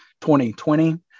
2020